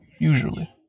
usually